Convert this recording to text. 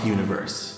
Universe